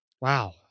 Wow